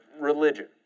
religion